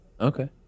Okay